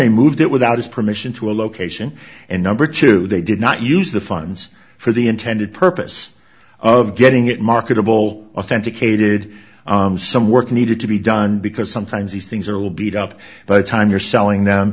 they moved it without his permission to a location and number two they did not use the funds for the intended purpose of getting it marketable authenticated some work needed to be done because sometimes these things are will beat up by the time you're selling them